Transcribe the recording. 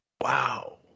Wow